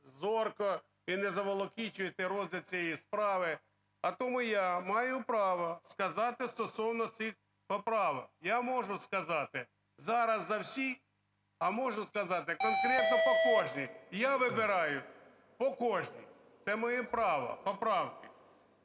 зорко і не заволокічуєте розгляд цієї справи. А тому я маю право сказати стосовно цих поправок. Я можу сказати зараз за всі, а можу сказати конкретно по кожній. І я вибираю по кожній, це моє право поправки.